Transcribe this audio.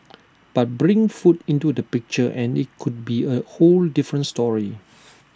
but bring food into the picture and IT could be A whole different story